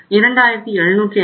75 2787